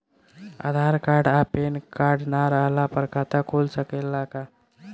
आधार card आ PAN card ना रहला पर खाता खुल सकेला का?